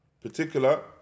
particular